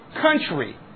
country